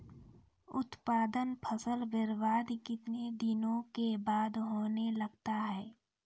उत्पादन फसल बबार्द कितने दिनों के बाद होने लगता हैं?